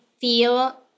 feel